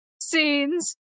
scenes